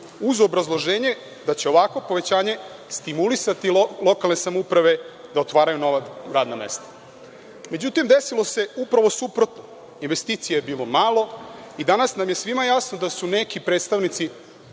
uz obrazloženje da će ovako povećanje stimulisati lokalne samouprave da otvaraju nova radna mesta.Međutim, desilo se upravo suprotno, investicija je bilo malo i danas nam je svima jasno da su neki predstavnici